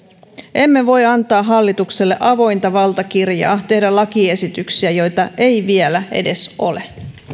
emme voi antaa hallitukselle avointa valtakirjaa tehdä lakiesityksiä joita ei vielä edes ole